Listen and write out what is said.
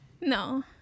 No